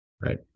Right